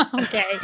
okay